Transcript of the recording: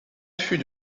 fut